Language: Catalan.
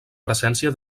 presència